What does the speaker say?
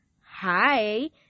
hi